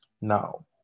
Now